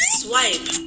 swipe